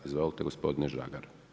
Izvolite gospodine Žagar.